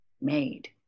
made